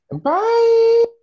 Bye